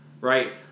Right